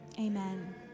Amen